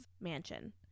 Mansion